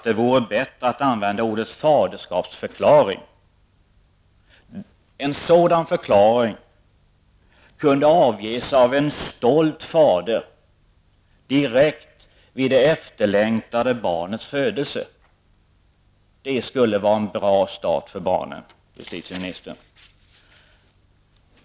Det vore bättre att använda ordet ''faderskapsförklaring''. En sådan förklaring kunde avges av en stolt fader direkt vid det efterlängtade barnets födelse. Det skulle innebära en bra start för barnet, justitieministern.